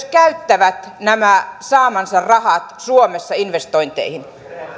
käyttävät nämä saamansa rahat suomessa investointeihin